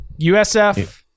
USF